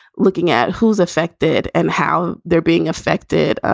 looking at who's affected and how they're being affected,